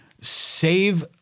save